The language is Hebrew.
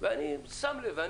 אני שם לב,